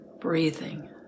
breathing